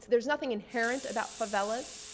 there's nothing inherent about favelas.